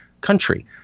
country